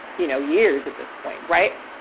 you know, years at this point, right.